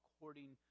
according